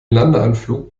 landeanflug